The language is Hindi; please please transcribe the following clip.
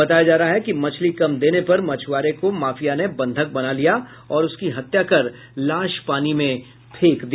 बताया जा रहा है कि मछली कम देने पर मछुआरे को माफिया ने बंधक बना लिया और उसकी हत्या कर लाश पानी में फेंक दिया